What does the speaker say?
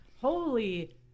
Holy